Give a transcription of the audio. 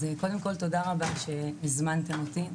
קודם כול, תודה רבה שהזמנתם אותי.